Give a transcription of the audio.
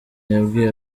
yabwiye